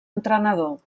entrenador